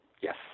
Yes